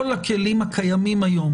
כל הכלים הקיימים היום,